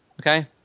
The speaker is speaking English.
okay